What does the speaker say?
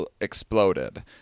exploded